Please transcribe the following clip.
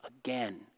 again